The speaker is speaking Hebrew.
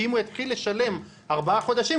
כי אם הוא יתחיל לשלם ארבעה חודשים,